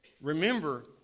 Remember